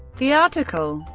the article,